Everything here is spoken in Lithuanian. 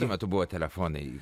tuo metu buvo telefonai